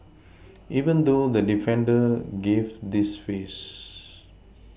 even though the defender gave this face